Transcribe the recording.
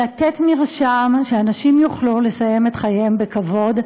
לתת מרשם שאנשים יוכלו לסיים את חייהם בכבוד,